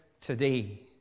today